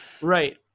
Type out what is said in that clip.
Right